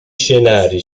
scenari